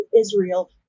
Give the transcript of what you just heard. Israel